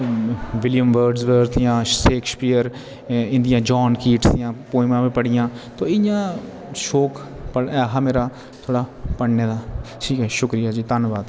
William Wordsworth दियां Shakespeare India John Keats दियां poems बी पढिया ते इ'या शौक ऐ हा थोह्ड़ा मेरा पढ़ने दा शुक्रिया जी धन्यबाद